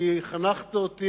על כי חנכת אותי,